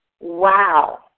Wow